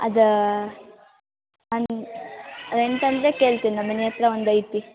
ಅದಾ ರೆಂಟ್ ಅಂದರೆ ಕೇಳ್ತೀನಿ ನಮ್ಮ ಮನೆ ಹತ್ರ ಒಂದು ಐತಿ